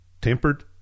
tempered